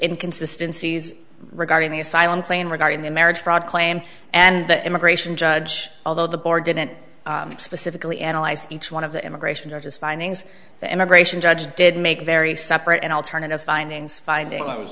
in consistencies regarding the asylum claim regarding the marriage fraud claim and the immigration judge although the board didn't specifically analyze each one of the immigration judges findings the immigration judge did make very separate and alternative findings finding i was